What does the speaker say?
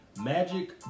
Magic